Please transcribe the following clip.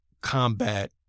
combat